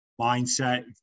mindset